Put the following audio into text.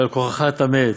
ועל כורחך אתה מת,